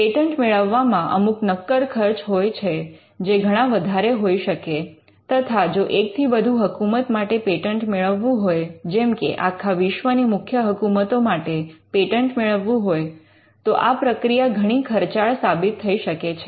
patent મેળવવામાં અમુક નકર ખર્ચ હોય છે જે ઘણા વધારે હોઈ શકે તથા જો એકથી વધુ હકુમત માટે પેટન્ટ મેળવવું હોય જેમકે આખા વિશ્વની મુખ્ય હકુમતો માટે પેટન્ટ મેળવવું હોય તો આ પ્રક્રિયા ઘણી ખર્ચાળ સાબિત થઈ શકે છે